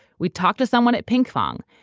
we talked to someone at pinkfong,